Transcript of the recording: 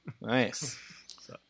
Nice